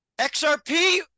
XRP